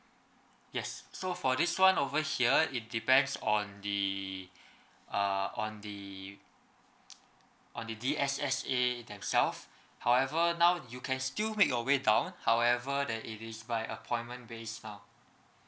yes so for this one over here it depends on the uh on the on the D_S_S_A themselves however now you can still make your way down however that it is by appointment based now